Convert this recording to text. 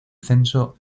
censo